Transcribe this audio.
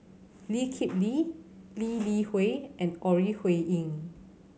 Lee Kip Lee Lee Li Hui and Ore Huiying